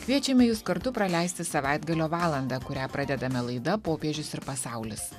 kviečiame jus kartu praleisti savaitgalio valandą kurią pradedame laida popiežius ir pasaulis